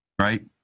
right